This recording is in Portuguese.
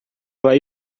vai